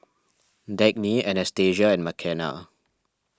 Dagny Anastasia and Makenna